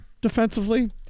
defensively